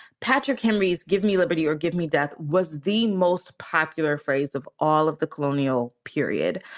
patrick henry's give me liberty or give me death was the most popular phrase of all of the colonial period.